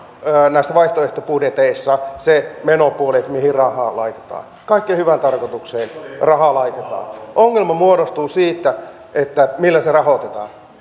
näissä vaihtoehtobudjeteissa ei ole se menopuoli mihin rahaa laitetaan kaikkeen hyvään tarkoitukseen rahaa laitetaan ongelma muodostuu siitä millä se rahoitetaan